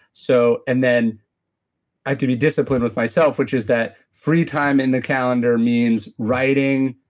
so and then i can be disciplined with myself, which is that free time in the calendar means writing,